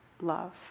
love